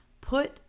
Put